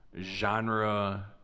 genre